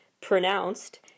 pronounced